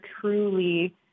truly